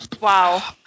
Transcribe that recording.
wow